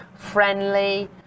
friendly